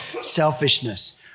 selfishness